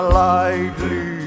lightly